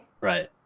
Right